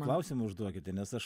klausimą užduokite nes aš